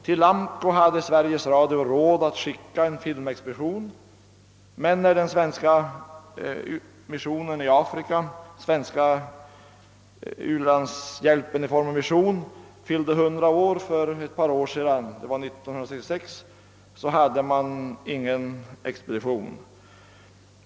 Till Liberia hade Sveriges Radio sålunda råd att sända en filmexpedition, men när den svenska u-landshjälpen i form av missionen i Afrika fyllde 100 år 1966 hade man ingen expedition där.